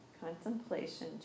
Contemplation